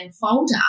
folder